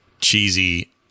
cheesy